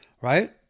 right